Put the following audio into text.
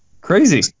Crazy